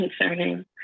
concerning